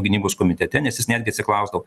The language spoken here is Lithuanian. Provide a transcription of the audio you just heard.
gynybos komitete nes jis netgi atsiklausdavo